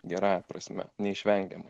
gerąja prasme neišvengiamai